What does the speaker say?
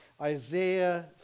Isaiah